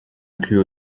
inclut